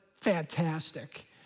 fantastic